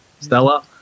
Stella